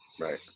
Right